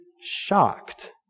shocked